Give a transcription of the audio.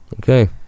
okay